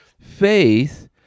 Faith